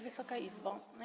Wysoka Izbo!